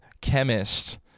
chemist